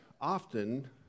often